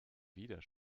wieder